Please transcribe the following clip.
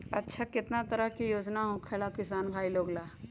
अच्छा कितना तरह के योजना होखेला किसान भाई लोग ला?